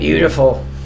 Beautiful